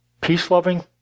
Peace-loving